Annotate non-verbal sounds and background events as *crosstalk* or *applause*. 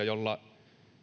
*unintelligible* jolla